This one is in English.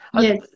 Yes